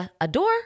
Adore